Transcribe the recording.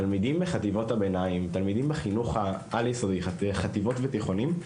תלמידים בחינוך העל יסודי: חטיבות ותיכונים,